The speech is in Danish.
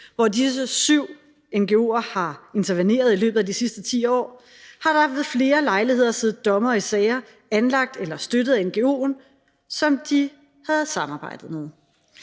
hvor disse syv ngo'er har interveneret i løbet af de sidste 10 år, har der ved flere lejligheder siddet dommere i sager anlagt eller støttet af ngo'en, som de havde samarbejdet med.